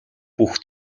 бүх